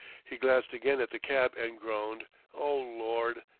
he glanced again at the cab and groaned o lord,